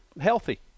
healthy